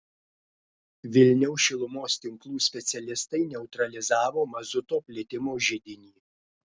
vilniaus šilumos tinklų specialistai neutralizavo mazuto plitimo židinį